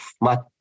Matt